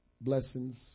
blessings